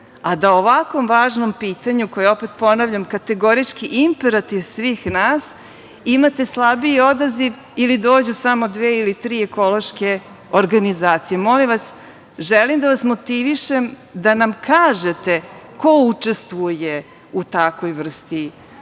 a da o ovakvom važnom pitanju, koje opet ponavljam, kategorički imperativ svih nas imate slabiji odaziv ili dođu samo dve ili tri ekološke organizacije. Molim vas, želim da vas motivišem da nam kažete ko učestvuje u takvoj vrsti